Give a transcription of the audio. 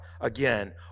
again